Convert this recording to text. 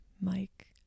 Mike